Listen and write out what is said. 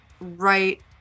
right